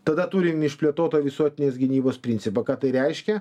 tada turim išplėtotą visuotinės gynybos principą ką tai reiškia